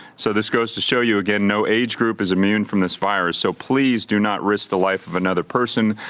so this goes to show you again no age group is immune from this fire. so please do not risk the life of another person,